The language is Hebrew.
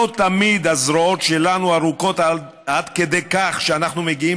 לא תמיד הזרועות שלנו ארוכות עד כדי כך שאנחנו מגיעים